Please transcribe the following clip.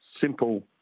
simple